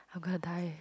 I'm gonna die